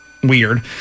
weird